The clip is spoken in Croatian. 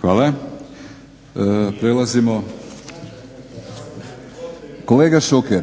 se ne razumije./… Kolega Šuker